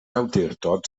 awdurdod